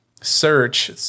search